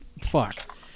fuck